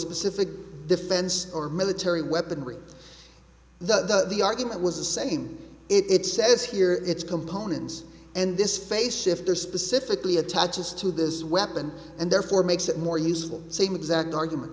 specific defense or military weaponry the the argument was the same it says here its components and this face shifter specifically attaches to this weapon and therefore makes it more usable same exact argument